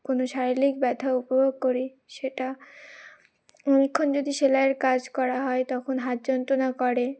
কোনো শারীরিক ব্যথা উপভোগ করি সেটা অনেকক্ষণ যদি সেলাইয়ের কাজ করা হয় তখন হাত যন্ত্রণা করে